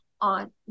on